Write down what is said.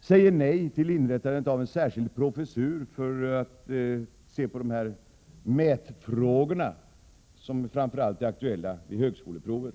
säger vi nej till inrättande av en särskild professur för att se på mätningsfrågorna, som framför allt är aktuella vid högskoleprovet.